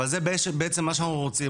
אבל זה בעצם מה שאנחנו רוצים.